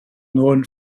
known